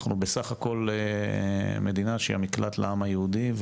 אנחנו בסך הכל מדינה שהיא המקלט לעם היהודי,